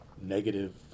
negative